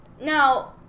Now